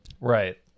right